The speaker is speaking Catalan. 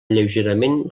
lleugerament